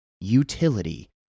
utility